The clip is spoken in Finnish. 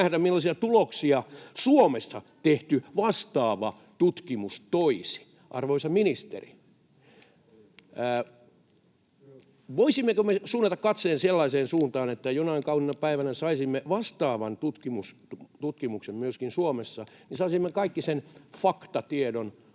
millaisia tuloksia Suomessa tehty vastaava tutkimus toisi. Arvoisa ministeri, voisimmeko me suunnata katseen sellaiseen suuntaan, että jonain kauniina päivänä saisimme vastaavan tutkimuksen myöskin Suomessa, niin että saisimme kaikki sen faktatiedon,